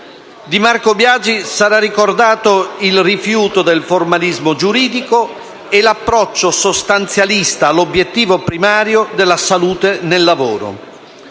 Di Marco Biagi sarà ricordato il rifiuto del formalismo giuridico e l'approccio sostanzialista all'obiettivo primario della salute nel lavoro.